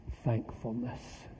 thankfulness